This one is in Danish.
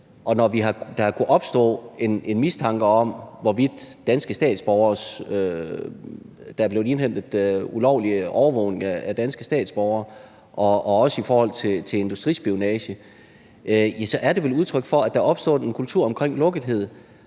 der har kunnet opstå en mistanke om, at der er blevet foretaget ulovlig overvågning af danske statsborgere, og også om industrispionage, så er det vel udtryk for, at der er opstået en kultur med lukkethed.